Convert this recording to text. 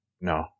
No